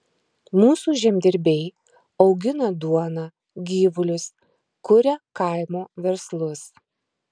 mūsų žemdirbiai augina duoną gyvulius kuria kaimo verslus